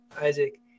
Isaac